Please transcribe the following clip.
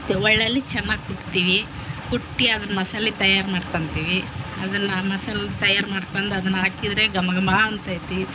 ತೆವಳಲ್ಲಿ ಚೆನ್ನಾಗಿ ಕುಟ್ತೀವಿ ಕುಟ್ಟಿ ಅದ್ರ ಮಸಾಲೆ ತಯಾರು ಮಾಡ್ಕಂತೀವಿ ಅದನ್ನ ಮಸಾಲೆ ತಯಾರು ಮಾಡ್ಕೊಂದ್ ಅದನ್ನ ಹಾಕಿದರೆ ಘಮಘಮಾ ಅಂತೈತಿ